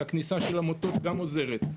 והכניסה של העמותות גם עוזרת.